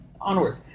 onward